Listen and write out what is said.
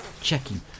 checking